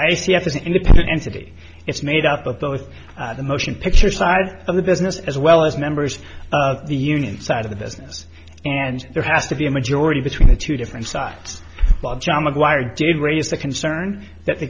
is an independent entity it's made up of those of the motion picture size of the business as well as members of the union side of the business and there has to be a majority between the two different sides while john mcguire did raise the concern that the